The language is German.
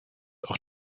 auch